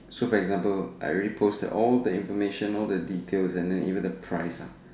so for example I already posted all the information all the details and then even the price ah